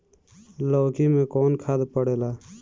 लौकी में कौन खाद पड़ेला?